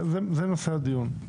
זה נושא הדיון.